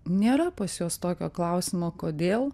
nėra pas juos tokio klausimo kodėl